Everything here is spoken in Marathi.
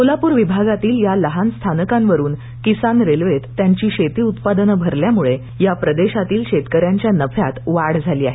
सोलापूर विभागातील या लहान स्थानकांवर किसान रेल्वेत त्यांचे शेतील उत्पादने भरल्यामुळे या प्रदेशातील स्थानकांतील शेतक यांच्या नफ्यात वाढ झाली आहे